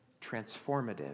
Transformative